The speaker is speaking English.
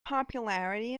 popularity